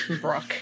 Brooke